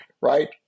right